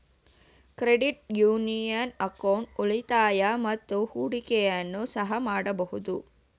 credit union account ಉಳಿತಾಯ ಮತ್ತು ಹೂಡಿಕೆಯನ್ನು ಸಹ ಮಾಡಬಹುದು